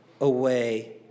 away